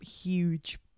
huge